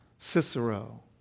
Cicero